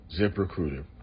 ZipRecruiter